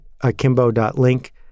Akimbo.link